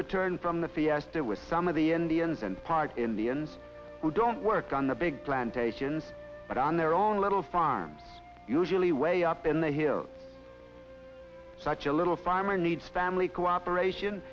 return from the fiesta with some of the indians and part in the ins who don't work on the big plantations but on their own little farm usually way up in the hills such a little farmer needs family co operation